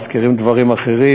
מזכירים דברים אחרים,